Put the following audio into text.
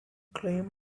claimed